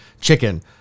chicken